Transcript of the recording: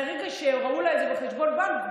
מהרגע שראו לה את זה בחשבון הבנק,